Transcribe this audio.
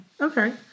Okay